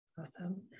Awesome